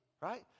right